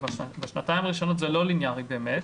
שבשלוש השנים ראשונות זה לא ליניארי באמת